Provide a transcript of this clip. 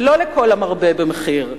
ולא לכל המרבה במחיר.